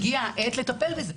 הגיעה העת לטפל בזה.